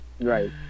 Right